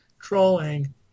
Trolling